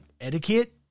etiquette